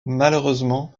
malheureusement